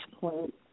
point